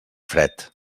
fred